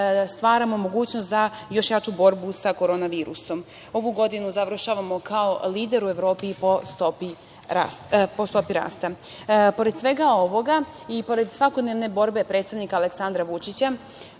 stvaramo mogućnost za jaču borbu sa korona virusom. Ovu godinu završavamo kao lider u Evropi po stopi rasta. Pored svega ovoga i pored svakodnevne borbe predsednika Aleksandra Vučića,